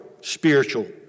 spiritual